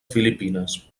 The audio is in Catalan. filipines